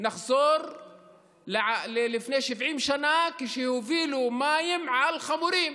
נחזור ללפני 70 שנה, כשהובילו מים על חמורים,